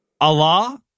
Allah